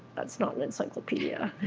that's not an encyclopedia.